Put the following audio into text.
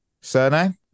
Surname